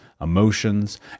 emotions